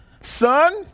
son